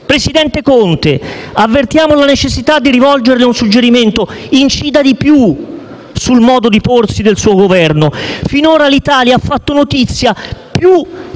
presidente Conte, avvertiamo la necessità di rivolgerle un suggerimento: incida di più sul modo di porsi del suo Governo. Finora l'Italia ha fatto notizia, più